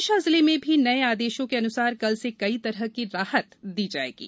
विदिशा राहत विदिशा जिले में भी नए आदेशों के अन्सार कल से कई तरह की राहत दी जाएंगी